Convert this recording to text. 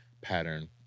pattern